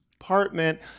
apartment